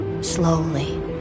slowly